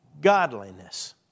godliness